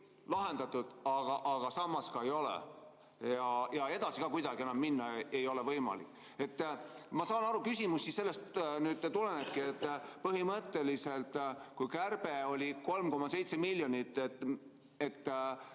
lahendatud, aga samas ka ei ole ja edasi ka kuidagi enam minna ei ole võimalik. Ma saan aru, küsimus sellest nüüd tulenebki, et põhimõtteliselt kärbe oli 3,7 miljonit ja